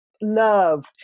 love